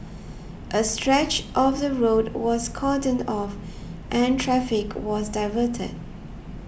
a stretch of the road was cordoned off and traffic was diverted